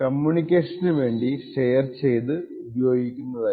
കമ്മ്യൂണിക്കേഷനു വേണ്ടി ഷെയർ ചെയ്തു ഉപയോഗിക്കുന്നതായിരുന്നു